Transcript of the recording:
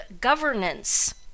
governance